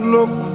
Look